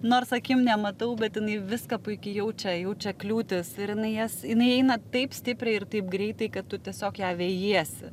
nors akim nematau bet jinai viską puikiai jaučia jaučia kliūtis ir jinai jas jinai eina taip stipriai ir taip greitai kad tu tiesiog ją vejiesi